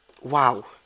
wow